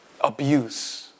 Abuse